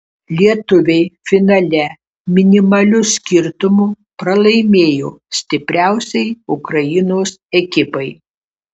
lietuviai finale minimaliu skirtumu pralaimėjo stipriausiai ukrainos ekipai